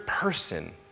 person